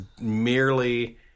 merely